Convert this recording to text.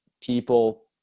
people